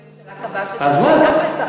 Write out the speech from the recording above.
עובדה שמזכירות הממשלה קבעה שזה שייך לשרת התרבות.